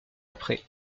après